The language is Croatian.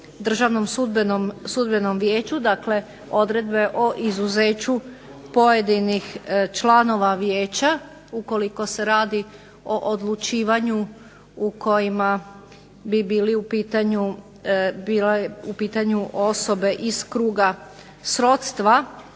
Državnom sudbenom vijeću, dakle odredbe o izuzeću pojedinih članova vijeća ukoliko se radi o odlučivanju u kojima bi bile u pitanju osobe iz kruga srodstva,